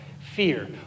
fear